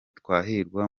twahirwa